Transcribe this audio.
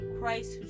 Christ